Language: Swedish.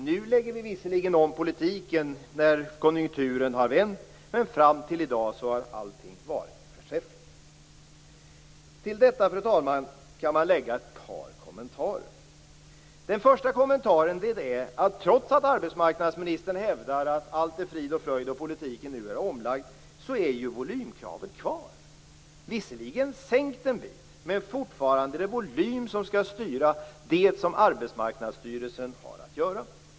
Nu lägger vi visserligen om politiken när konjunkturen har vänt, men fram till i dag har allting varit förträffligt. Till detta, fru talman, kan man lägga ett par kommentarer. Den första kommentaren är att trots att arbetsmarknadsministern hävdar att allt är frid och fröjd och politiken nu är omlagd, så är ju volymkravet kvar. Visserligen är det sänkt en bit, men fortfarande är det volym som skall styra det som Arbetsmarknadsstyrelsen har att göra.